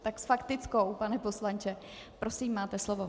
Tak s faktickou, pane poslanče, prosím, máte slovo.